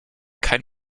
kein